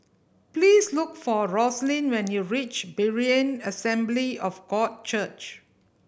please look for Roslyn when you reach Berean Assembly of God Church